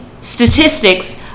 statistics